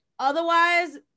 Otherwise